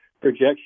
projection